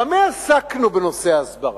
במה עסקנו בנושא ההסברה?